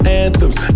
anthems